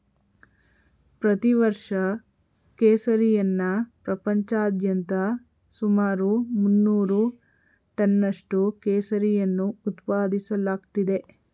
ಪ್ರತಿ ವರ್ಷ ಕೇಸರಿಯನ್ನ ಪ್ರಪಂಚಾದ್ಯಂತ ಸುಮಾರು ಮುನ್ನೂರು ಟನ್ನಷ್ಟು ಕೇಸರಿಯನ್ನು ಉತ್ಪಾದಿಸಲಾಗ್ತಿದೆ